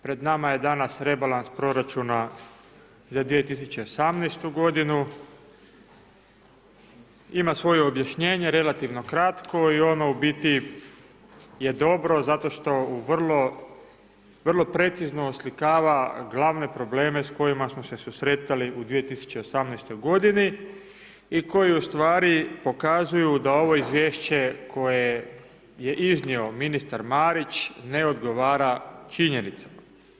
Pred nama je danas rebalans proračuna za 2018. g. ima svoje objašnjenje relativno kratko i ono u biti je dobro zato što u vrlo precizno oslikava glavne probleme s kojima smo se susretali u 2018. godini i koji u stvari pokazuju da ovo izvješće koje je iznio ministar Marić ne odgovara činjenicama.